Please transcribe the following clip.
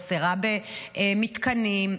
חסרה במתקנים.